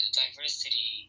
diversity